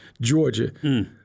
Georgia